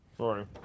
Sorry